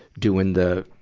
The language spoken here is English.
doing the,